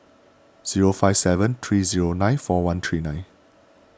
zero five seven three zero nine four one three nine